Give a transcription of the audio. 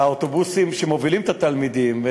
האוטובוסים מובילים את התלמידים,